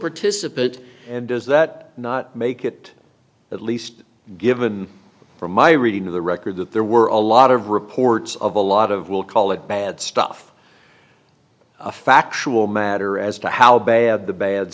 participant and does that not make it at least given from my reading of the record that there were a lot of reports of a lot of we'll call it bad stuff factual matter as to how bad the bad